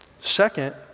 Second